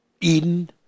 Eden